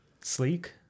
sleek